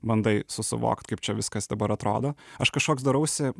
bandai susivokt kaip čia viskas dabar atrodo aš kažkoks darausi